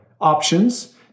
options